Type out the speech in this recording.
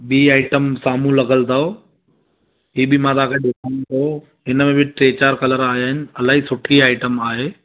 ॿीं आइटम साम्हूं लॻियुल अथव हीअ बि मां तव्हांखे ॾेखारियां थो हिन में ॿीं टे चारि कलर आया आहिनि इलाही सुठी आइटम आहे